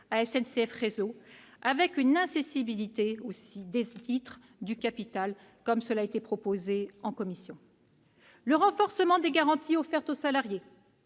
de SNCF Réseau, avec incessibilité des titres du capital, comme le propose la commission. Ensuite, le renforcement des garanties offertes aux salariés.